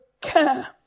care